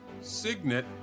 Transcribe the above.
Signet